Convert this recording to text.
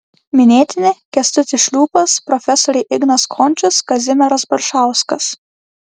minėtini kęstutis šliūpas profesoriai ignas končius kazimieras baršauskas